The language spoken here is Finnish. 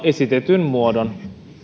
esitetyn muodon